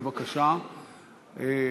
בבקשה,